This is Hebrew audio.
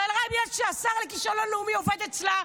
אבל רק בגלל שהשר לכישלון לאומי עובד אצלה,